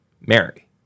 Mary